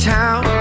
town